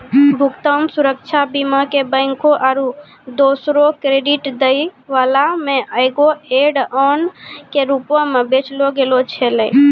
भुगतान सुरक्षा बीमा के बैंको आरु दोसरो क्रेडिट दै बाला मे एगो ऐड ऑन के रूपो मे बेचलो गैलो छलै